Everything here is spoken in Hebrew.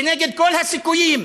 כנגד כל הסיכויים,